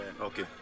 Okay